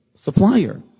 supplier